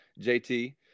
JT